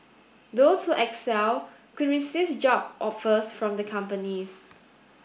those who excel could receive job offers from the companies